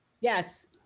Yes